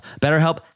BetterHelp